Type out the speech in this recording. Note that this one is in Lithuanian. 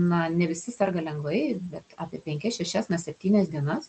na ne visi serga lengvai bet apie penkias šešias na septynias dienas